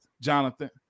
Jonathan